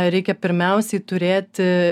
reikia pirmiausiai turėti